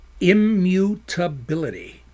immutability